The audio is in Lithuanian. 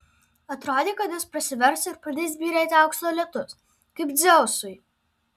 atrodė kad jos prasivers ir pradės byrėti aukso lietus kaip dzeusui